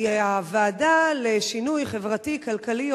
כי הוועדה לשינוי חברתי-כלכלי,